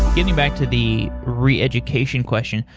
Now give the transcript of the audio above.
getting back to the reeducation question.